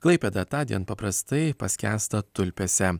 klaipėda tądien paprastai paskęsta tulpėse